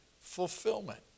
fulfillment